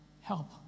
help